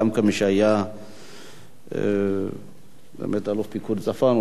וגם כמי שהיה באמת אלוף פיקוד צפון,